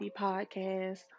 podcast